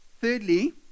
Thirdly